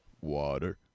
Water